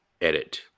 edit